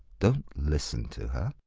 don't listen to her.